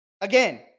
again